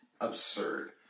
absurd